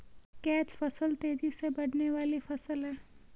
catch फसल तेजी से बढ़ने वाली फसल है